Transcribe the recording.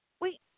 wait